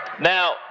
Now